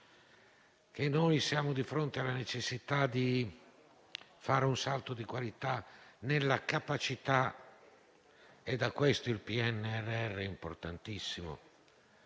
che siamo di fronte alla necessità di fare un salto di qualità nella capacità - e in questo il PNRR è importantissimo